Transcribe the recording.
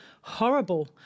horrible